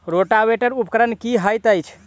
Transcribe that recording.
Rotavator उपकरण की हएत अछि?